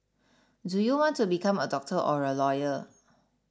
do you want to become a doctor or a lawyer